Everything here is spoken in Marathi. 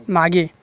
मागे